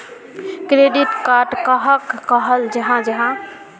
Credit card कहाक कहाल जाहा जाहा?